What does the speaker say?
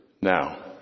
now